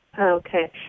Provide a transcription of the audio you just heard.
Okay